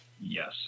Yes